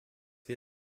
wir